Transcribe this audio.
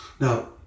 now